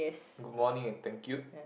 good morning and thank you